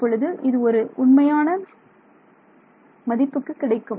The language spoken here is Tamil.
இப்பொழுது இது ஒரு உண்மையான மதிப்புக்கு கிடைக்கும்